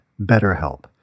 BetterHelp